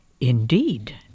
Indeed